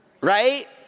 Right